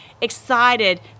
excited